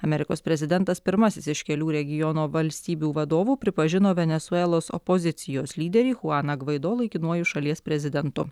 amerikos prezidentas pirmasis iš kelių regiono valstybių vadovų pripažino venesuelos opozicijos lyderį chuaną gvaido laikinuoju šalies prezidentu